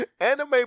anime